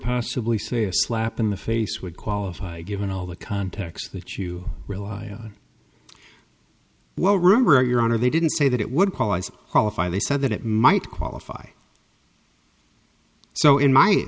possibly say a slap in the face would qualify given all the context that you rely on well rumor your honor they didn't say that it would call ice qualify they said that it might qualify so in my